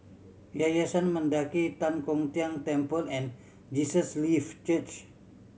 Yayasan Mendaki Tan Kong Tian Temple and Jesus Live Church